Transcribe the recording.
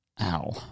ow